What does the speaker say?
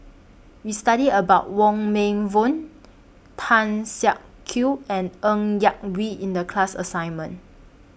We studied about Wong Meng Voon Tan Siak Kew and Ng Yak Whee in The class assignment